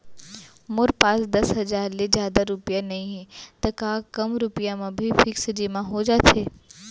मोर पास दस हजार ले जादा रुपिया नइहे त का कम रुपिया म भी फिक्स जेमा हो जाथे?